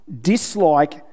dislike